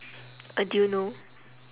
uh do you know